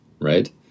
right